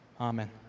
amen